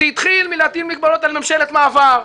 זה התחיל בלהטיל מגבלות על ממשלת מעבר,